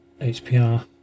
hpr